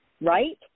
right